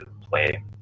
play